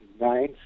nine